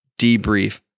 debrief